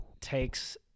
takes